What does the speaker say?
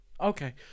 Okay